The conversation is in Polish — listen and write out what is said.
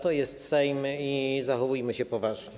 To jest Sejm i zachowujmy się poważnie.